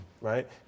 right